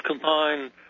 combine